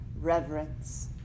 reverence